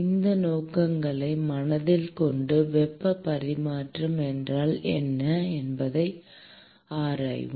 இந்த நோக்கங்களை மனதில் கொண்டு வெப்ப பரிமாற்றம் என்றால் என்ன என்பதை ஆராய்வோம்